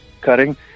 cutting